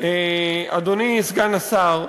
אדוני סגן השר,